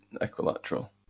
Equilateral